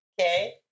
Okay